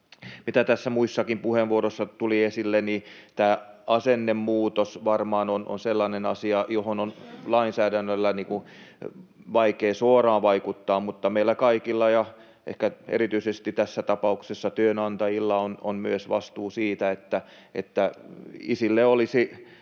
mitä tässä muissakin puheenvuorossa tuli esille, tämä asennemuutos varmaan on sellainen asia, johon on lainsäädännöllä vaikea suoraan vaikuttaa. Mutta meillä kaikilla, ja tässä tapauksessa ehkä erityisesti työnantajilla, on myös vastuu siitä, että isille olisi